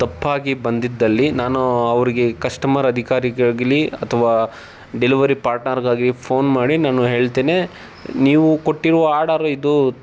ತಪ್ಪಾಗಿ ಬಂದಿದ್ದಲ್ಲಿ ನಾನು ಅವರಿಗೆ ಕಸ್ಟಮರ್ ಅಧಿಕಾರಿಗಾಗಲಿ ಅಥವಾ ಡೆಲವರಿ ಪಾಟ್ನರಿಗಾಗ್ಲಿ ಫೋನ್ ಮಾಡಿ ನಾನು ಹೇಳ್ತೇನೆ ನೀವು ಕೊಟ್ಟಿರುವ ಆರ್ಡರ್ ಇದು